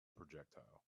projectile